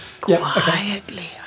Quietly